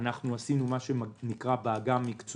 אנחנו בבנק ישראל עשינו מה שנקרא בעגה המקצועית